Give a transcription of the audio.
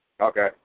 Okay